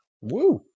Woo